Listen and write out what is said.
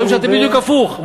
רואים שאתם בדיוק הפוך.